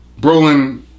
Brolin